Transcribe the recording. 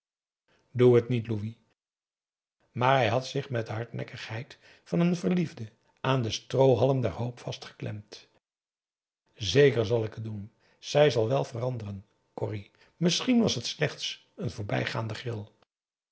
doe het niet louis maar hij had zich met de hardnekkigheid van een verliefde aan den stroohalm der hoop vastgeklemd zeker zal ik het doen zij zal wel veranderen corrie misschien was het slechts een voorbijgaande gril